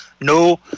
no